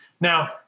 Now